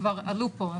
כבר עלו פה,